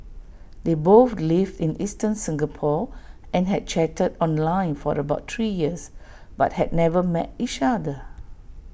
they both lived in eastern Singapore and had chatted online for about three years but had never met each other